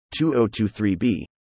2023B